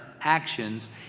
actions